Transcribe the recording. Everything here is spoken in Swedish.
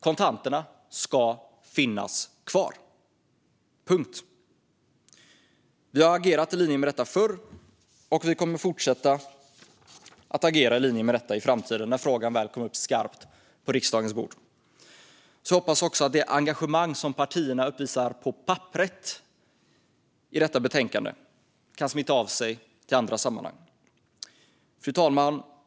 Kontanterna ska finnas kvar - punkt! Vi har agerat i linje med detta förr, och vi kommer att fortsätta att agera i linje med detta i framtiden när frågan väl kommer upp skarpt på riksdagens bord. Jag hoppas också att det engagemang som partierna uppvisar på papperet i detta betänkande kan smitta av sig till andra sammanhang. Fru talman!